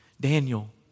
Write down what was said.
Daniel